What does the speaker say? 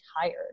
tired